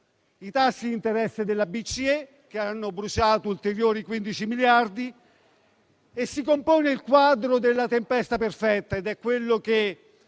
i tassi di interesse della BCE, che hanno bruciato ulteriori 15 miliardi, si compone il quadro della tempesta perfetta, che